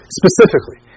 specifically